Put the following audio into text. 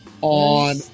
on